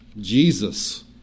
Jesus